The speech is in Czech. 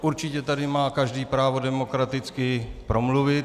Určitě tady má každý právo demokraticky promluvit.